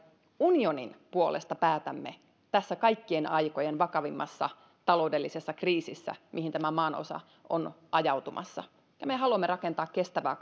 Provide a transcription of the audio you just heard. unionin puolesta päätämme tässä kaikkien aikojen vakavimmassa taloudellisessa kriisissä mihin tämä maanosa on ajautumassa ja me haluamme rakentaa kestävää